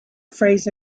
phrase